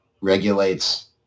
regulates